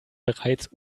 bereits